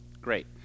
Great